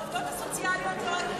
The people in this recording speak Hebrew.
העובדות הסוציאליות לא היו שמנות,